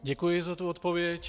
Děkuji za tu odpověď.